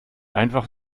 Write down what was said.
einfach